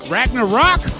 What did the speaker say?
Ragnarok